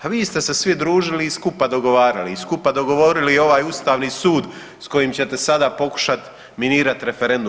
A vi ste se svi družili i skupa dogovarali i skupa dogovorili i ovaj Ustavni sud s kojim ćete sada pokušati minirat referendum.